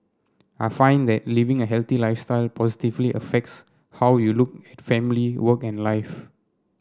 I find that living a healthy lifestyle positively affects how you look family work and life